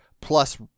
plus